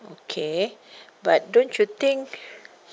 okay but don't you think